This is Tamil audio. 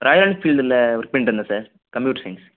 ராயல் என்ஃபீல்டில் ஒர்க் பண்ணிகிட்ருந்தேன் சார் கம்பியூட்டர் சயின்ஸ்